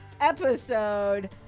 episode